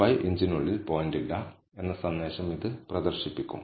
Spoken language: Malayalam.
25 ഇഞ്ചിനുള്ളിൽ പോയിന്റ് ഇല്ല എന്ന സന്ദേശം ഇത് പ്രദർശിപ്പിക്കും